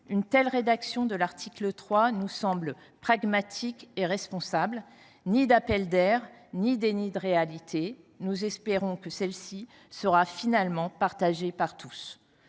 Une telle rédaction de l’article 3 nous semble pragmatique et responsable : ni appel d’air ni déni de réalité. Nous espérons que celle ci sera finalement partagée par tous.